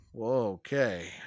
okay